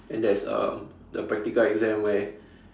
then there is um the practical exam where